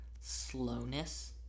slowness